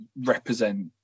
represent